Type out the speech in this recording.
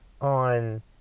on